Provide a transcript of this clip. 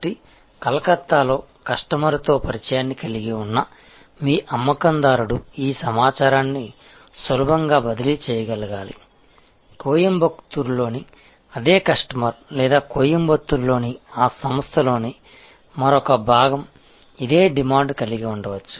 కాబట్టి కలకత్తాలో కస్టమర్తో పరిచయాన్ని కలిగి ఉన్న మీ అమ్మకందారుడు ఈ సమాచారాన్ని సులభంగా బదిలీ చేయగలగాలి కోయంబత్తూర్లోని అదే కస్టమర్ లేదా కోయంబత్తూర్లోని ఆ సంస్థలోని మరొక భాగం ఇదే డిమాండ్ కలిగి ఉండవచ్చు